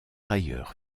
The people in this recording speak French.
ailleurs